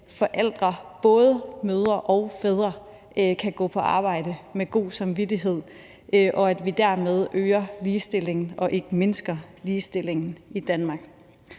at forældre – både mødre og fædre – kan gå på arbejde med god samvittighed, og at vi dermed øger ligestillingen og ikke mindsker ligestillingen i Danmark.